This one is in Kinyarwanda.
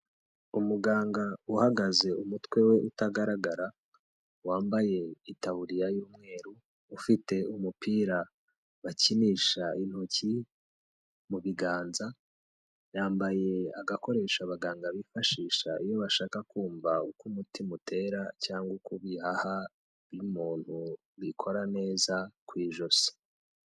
Umuganga uhagaze umutwe we utagaragara wambaye itaburiya y'umweru ufite umupira bakinisha intoki mu biganza, yambaye agakore abaganga bifashisha iyo bashaka kumva uko umutima utera cyangwa uko ibihaha by'umuntu bikora neza ku ijosi.